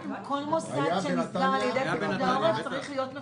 כל מוסד שנסגר על ידי פיקוד העורף צריך להיות מפוצה.